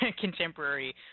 contemporary